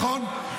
נכון?